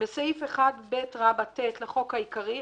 "תיקון סעיף 1ב 2. בסעיף 1ב(ט) לחוק העיקרי,